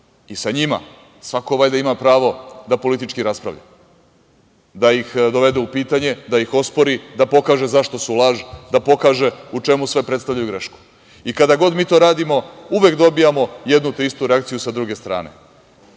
i sa njima svako valjda ima pravo da politički raspravlja, da ih dovede u pitanje, da ih ospori, da pokaže zašto su laž, da pokaže u čemu sve predstavljaju grešku. Kada god mi to radimo uvek dobijamo jednu te istu reakciju sa druge strane.